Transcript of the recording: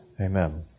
Amen